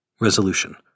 Resolution